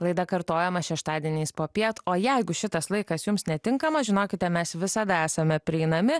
laida kartojama šeštadieniais popiet o jeigu šitas laikas jums netinkamas žinokite mes visada esame prieinami